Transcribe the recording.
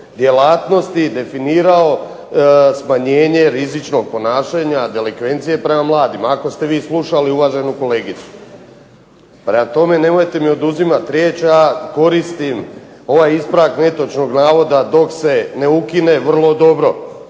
djelatnosti definirao smanjenje rizičnog ponašanja delikvencije prema mladima, ako ste vi slušali uvaženu kolegicu. Prema tome, nemojte mi oduzimati riječ. Ja koristim ovaj ispravak netočnog navoda dok se ne ukine vrlo dobro,